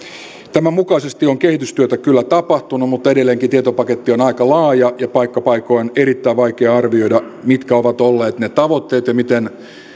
tämän mukaisesti on kehitystyötä kyllä tapahtunut mutta edelleenkin tietopaketti on aika laaja ja paikka paikoin on erittäin vaikea arvioida mitkä ovat olleet ne tavoitteet ja miten